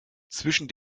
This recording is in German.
zwischen